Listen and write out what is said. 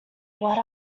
what